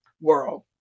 world